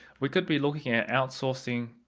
we could be looking at outsourcing